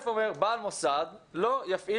תקנת משנה 2(א) אומרת: "בעל מוסד לא יפעיל